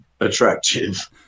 attractive